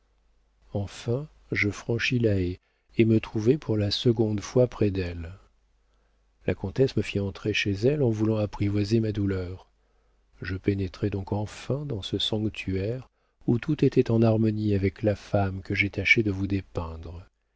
enfin je franchis la haie et me trouvai pour la seconde fois près d'elle la comtesse me fit entrer chez elle en voulant apprivoiser ma douleur je pénétrai donc enfin dans ce sanctuaire où tout était en harmonie avec la femme que j'ai tâché de vous dépeindre